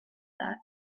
that